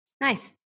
Nice